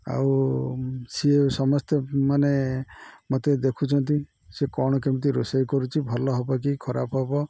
ଆଉ ସିଏ ସମସ୍ତେ ମାନେ ମୋତେ ଦେଖୁଛନ୍ତି ସେ କ'ଣ କେମିତି ରୋଷେଇ କରୁଛି ଭଲ ହବ କି ଖରାପ ହବ